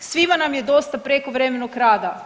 Svima nam je dosta prekovremenog rada.